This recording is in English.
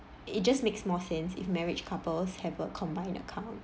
it just makes more sense if marriage couples have a combined account